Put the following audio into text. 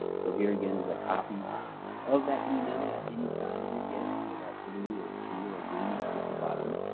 so here again is a copy of that email that any signer would get, with that blue or teal or green button at the bottom.